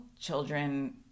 children